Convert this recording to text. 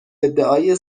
ادعای